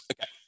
okay